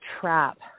trap